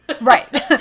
Right